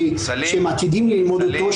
שאנחנו עובדים איתו ומעריכים את עבודתו,